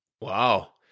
Wow